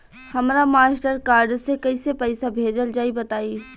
हमरा Mastercard से कइसे पईसा भेजल जाई बताई?